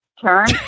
turn